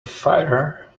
fire